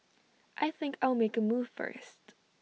I think I'll make A move first